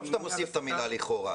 טוב שאתה מוסיף את המילה "לכאורה".